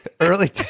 Early